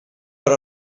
per